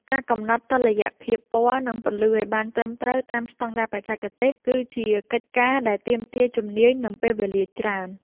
ការកំណត់តុល្យភាពពណ៌ និងពន្លឺឱ្យបានត្រឹមត្រូវតាមស្ដង់ដារបច្ចេកទេស គឺជាកិច្ចការដែលទាមទារជំនាញ និងពេលវេលាច្រើន។